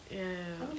ya